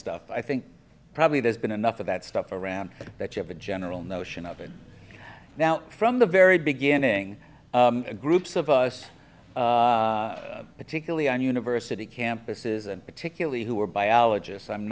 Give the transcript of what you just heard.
stuff i think probably there's been enough of that stuff around that you have a general notion of it now from the very beginning groups of us particularly on university campuses and particularly who are biologists i'm